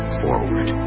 ...forward